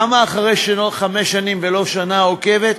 למה אחרי חמש שנים ולא אחרי שנה עוקבת?